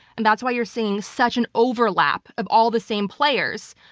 and that's why you're seeing such an overlap of all the same players,